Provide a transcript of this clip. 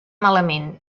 malament